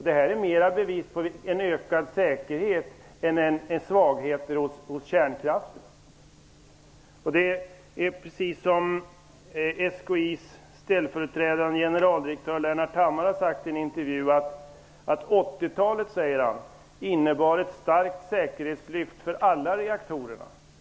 Det är mera bevis på en ökad säkerhet än på svagheter hos kärnkraften. Det är precis som Hammar har sagt i en intervju: ''80-talet innebar ett starkt säkerhetslyft för alla reaktorer.